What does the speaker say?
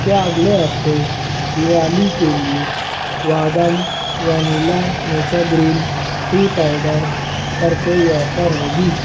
کیا اگلے ہفتے دیوالی کے لیے Vahdam vanilla matcha green tea powder پر کوئی آفر ہوگی